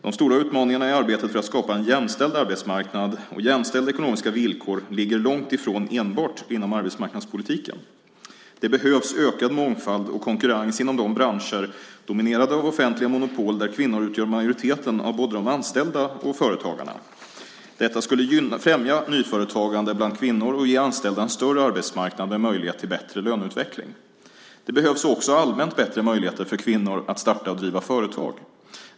De stora utmaningarna i arbetet för att skapa en jämställd arbetsmarknad och jämställda ekonomiska villkor ligger långt ifrån enbart inom arbetsmarknadspolitiken. Det behövs ökad mångfald och konkurrens inom de branscher, dominerade av offentliga monopol, där kvinnor utgör majoriteten av både de anställda och företagarna. Detta skulle främja nyföretagande bland kvinnor och ge de anställda en större arbetsmarknad med möjlighet till bättre löneutveckling. Det behövs också allmänt bättre möjligheter för kvinnor att starta och driva företag.